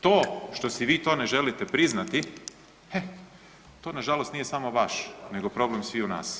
To što si vi to ne želite priznati, e, to nažalost nije samo vaš, nego problem sviju nas.